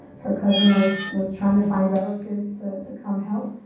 her cousin was was trying to find relatives to to come help,